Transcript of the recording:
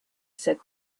said